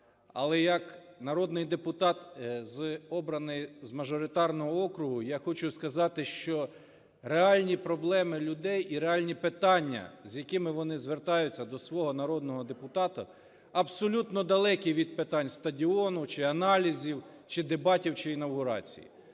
Але як народний депутат, обраний з мажоритарного округу, я хочу сказати, що реальні проблеми людей і реальні питання, з якими вони звертаються до свого народного депутата, абсолютно далекі від питання стадіону, чи аналізів, чи дебатів, чи інавгурації.